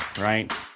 Right